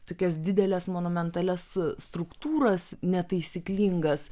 tokias dideles monumentalias struktūras netaisyklingas